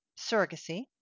surrogacy